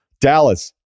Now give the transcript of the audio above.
Dallas